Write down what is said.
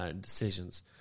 Decisions